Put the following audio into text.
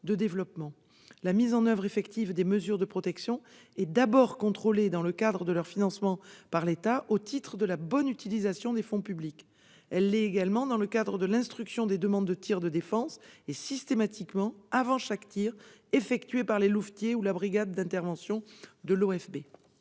de développement. La mise en oeuvre effective des mesures de protection est d'abord contrôlée dans le cadre de leur financement par l'État au titre de la bonne utilisation des fonds publics. Elle l'est également dans le cadre de l'instruction des demandes de tirs de défense, et, systématiquement, avant chaque tir effectué par les louvetiers ou la brigade d'intervention de l'OFB.